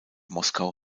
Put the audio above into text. moskau